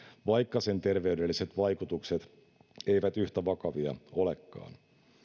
vaikka sen terveydelliset vaikutukset eivät yhtä vakavia olekaan